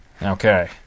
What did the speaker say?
Okay